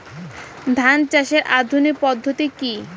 ধান চাষের আধুনিক পদ্ধতি কি?